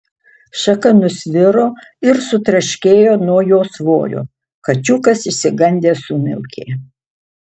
šaka nusviro ir sutraškėjo nuo jo svorio kačiukas išsigandęs sumiaukė